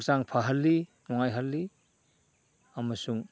ꯍꯛꯆꯥꯡ ꯐꯍꯜꯂꯤ ꯅꯨꯡꯉꯥꯏꯍꯜꯂꯤ ꯑꯃꯁꯨꯡ